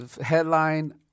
headline